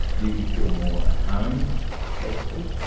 you you feel more at home so to speak.